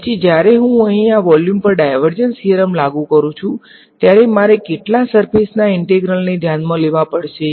પછી જ્યારે હું અહીં આ વોલ્યુમ પર ડાયવર્જન્સ થીયરમ લાગુ કરું છું ત્યારે મારે કેટલા સર્ફેસ ના ઈંટેગ્રલ ને ધ્યાનમા લેવા પડશે